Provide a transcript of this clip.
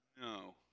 No